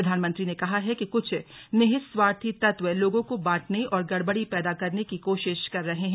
प्रधानमंत्री ने कहा है कि कुछ निहित स्वार्थी तत्व लोगों को बांटने और गड़बड़ी पैदा करने की कोशिश कर रहे हैं